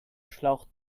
schlauch